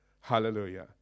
Hallelujah